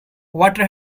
water